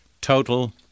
total